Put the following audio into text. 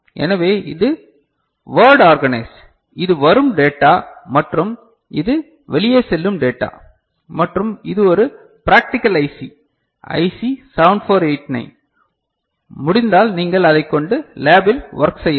எனவே இது word organised இது வரும் டேட்டா மற்றும் இது வெளியே செல்லும் டேட்டா மற்றும் இது ஒரு பிரக்டிகல் ஐசி ஐசி 7489 முடிந்தால் நீங்கள் அதைக் கொண்டு லேபில் வொர்க் செய்யலாம்